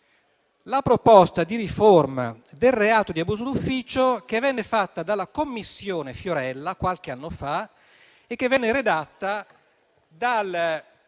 la proposta di riforma del reato di abuso d'ufficio che venne fatta dalla commissione Fiorella qualche anno fa e che venne redatta da